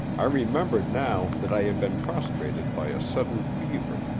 i remembered now that i had been prostrated by a sudden fever,